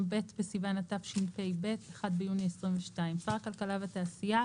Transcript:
ב' בסיוון התשפ"ב (1 ביוני 2022); שר הכלכלה והתעשייה,